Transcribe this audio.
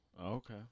Okay